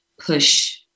push